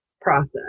process